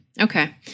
Okay